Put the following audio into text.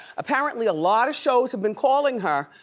apparently a lot of shows have been calling her.